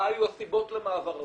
מה היו הסיבות למעבר הזה.